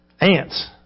ants